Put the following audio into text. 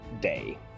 day